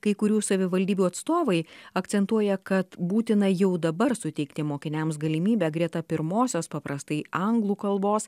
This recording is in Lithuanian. kai kurių savivaldybių atstovai akcentuoja kad būtina jau dabar suteikti mokiniams galimybę greta pirmosios paprastai anglų kalbos